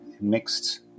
mixed